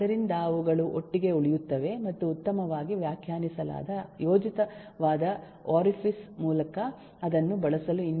ಆದ್ದರಿಂದ ಅವುಗಳು ಒಟ್ಟಿಗೆ ಉಳಿಯುತ್ತವೆ ಮತ್ತು ಉತ್ತಮವಾಗಿ ವ್ಯಾಖ್ಯಾನಿಸಲಾದ ಯೋಜಿತವಾದ ಒರಿಫಿಸ್ ಮೂಲಕ ಅದನ್ನು ಬಳಸಲು ಇನ್ನೊಂದನ್ನು ಒದಗಿಸುತ್ತಾರೆ